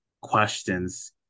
questions